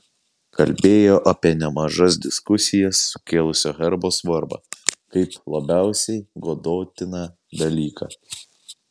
kalbėjo apie nemažas diskusijas sukėlusio herbo svarbą kaip labiausiai godotiną dalyką